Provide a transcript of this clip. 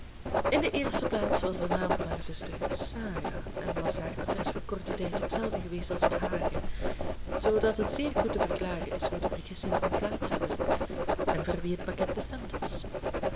in de eerste plaats was de naam van haar zuster sarah en was haar adres voor korten tijd hetzelfde geweest als het hare zoodat het zeer goed te verklaren is hoe de vergissing kon plaats hebben en voor wie het pakket bestemd was